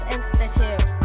Institute